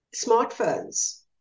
smartphones